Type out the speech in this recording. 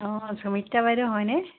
অঁ চুমিত্ৰা বাইদউ হয়নে